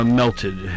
melted